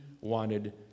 wanted